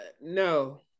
no